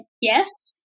Yes